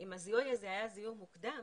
אם הזיהוי הזה היה זיהוי מוקדם,